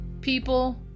people